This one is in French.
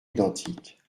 identiques